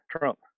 Trump